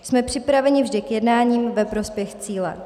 Jsme připraveni vždy k jednání ve prospěch cíle.